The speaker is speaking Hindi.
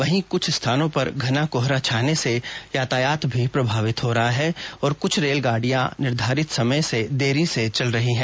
वहीं कुछ स्थानों पर घना कोहरा छाने से यातायात भी प्रभावित हो रहा है और कुछ रेल गांडियां निर्धारित समय से देरी से चल रही हैं